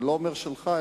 ואני לא אומר שלך,